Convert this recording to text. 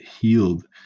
healed